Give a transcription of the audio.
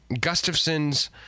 Gustafson's